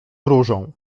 różą